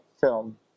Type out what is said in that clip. film